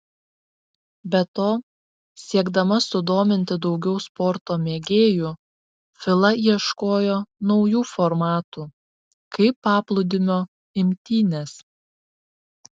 be to siekdama sudominti daugiau sporto mėgėjų fila ieškojo naujų formatų kaip paplūdimio imtynės